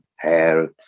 hair